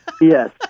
Yes